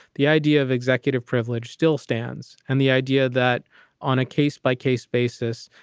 the idea of executive privilege still stands and the idea that on a case by case basis,